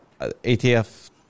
ATF